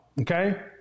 okay